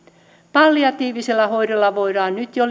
palliatiivisella hoidolla voidaan nyt jo